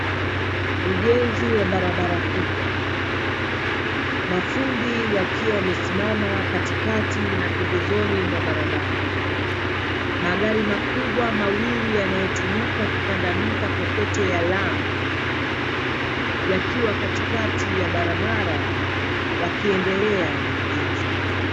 Ujenzi wa barabara kubwa. Mafundi wakiwa wamesimama katikati na pembezoni mwa barabara. Magari makubwa mawili yanayotumika kukandamiza kokoto ya lami yakiwa katikati ya barabara wakiendelea na ujenzi.